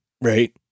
Right